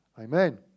Amen